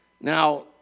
Now